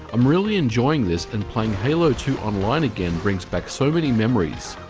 i'm really enjoying this, and playing halo two online again brings back so many memories.